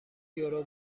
یورو